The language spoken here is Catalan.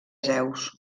zeus